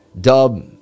Dub